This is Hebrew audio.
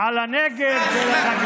גם אתה והממשלות שלך, איך אמר הבוס שלך?